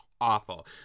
awful